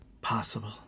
possible